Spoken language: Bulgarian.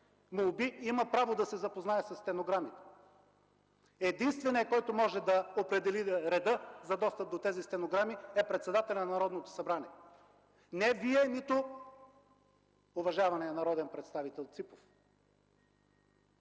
молби, има право да се запознае със стенограмите. Единственият, който може да определи реда за достъп до тези стенограми, е председателят на Народното събрание – не Вие, нито уважаваният народен представител Ципов.